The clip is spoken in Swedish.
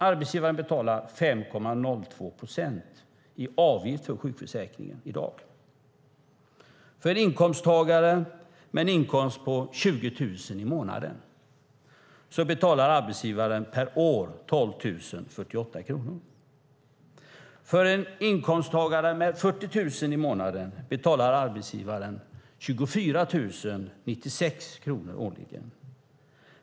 Arbetsgivaren betalar i dag 5,02 procent i avgift för sjukförsäkringen. För en inkomsttagare med en inkomst på 20 000 i månaden betalar arbetsgivaren 12 048 kronor per år. För en inkomsttagare med 40 000 i månaden betalar arbetsgivaren 24 096 årligen.